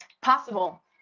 possible